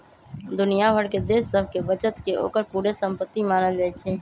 दुनिया भर के देश सभके बचत के ओकर पूरे संपति मानल जाइ छइ